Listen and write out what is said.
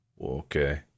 Okay